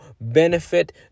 benefit